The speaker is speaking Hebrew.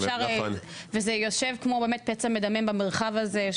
וזה יושב כמו פצע מדמם במרחב הזה.